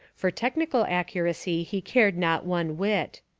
for technical accuracy he cared not one whit.